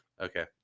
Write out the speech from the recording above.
Okay